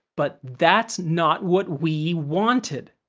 but that's not what we wanted!